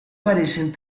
parecen